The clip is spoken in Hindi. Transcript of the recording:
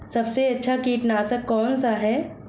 सबसे अच्छा कीटनाशक कौनसा है?